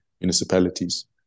municipalities